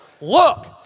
look